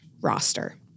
roster